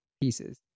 pieces